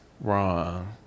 wrong